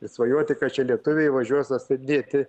ir svajoti kad čia lietuviai važiuos atstatinėti